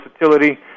versatility